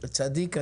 אתה צדיק.